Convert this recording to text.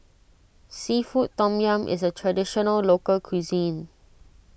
Seafood Tom Yum is a Traditional Local Cuisine